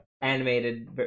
animated